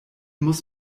muss